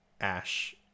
Ash